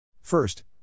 First